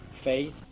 faith